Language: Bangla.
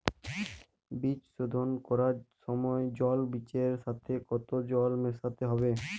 বীজ শোধন করার সময় জল বীজের সাথে কতো জল মেশাতে হবে?